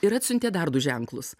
ir atsiuntė dar du ženklus